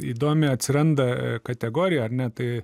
įdomi atsiranda kategorija ar ne tai